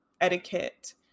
etiquette